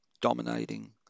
dominating